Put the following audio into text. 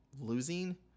losing